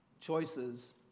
Choices